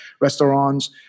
restaurants